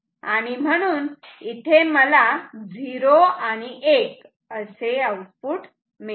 आणि म्हणून इथे मला 0 आणि 1 असे आउटपुट मिळते